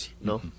No